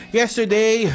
yesterday